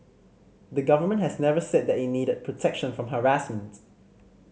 the Government has never said that it needed protection from harassment